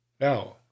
Now